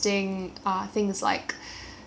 suggesting things like uh